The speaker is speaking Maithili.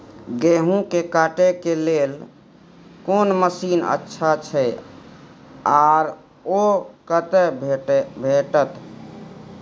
गेहूं के काटे के लेल कोन मसीन अच्छा छै आर ओ कतय भेटत?